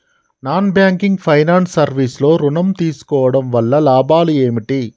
Non banking finance service లో ఋణం తీసుకోవడం వల్ల లాభాలు ఏమిటి?